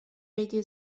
radio